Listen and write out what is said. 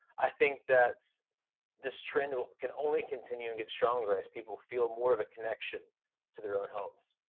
i think that this trend can only continue and get stronger as people feel more of a connection to their own homes.